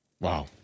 Wow